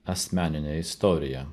asmeninę istoriją